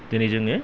दिनै जोङो